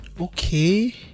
Okay